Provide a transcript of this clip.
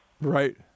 Right